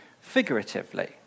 figuratively